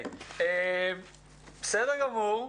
בסדר גמור.